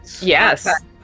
Yes